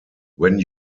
when